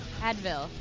Advil